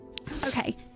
Okay